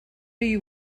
you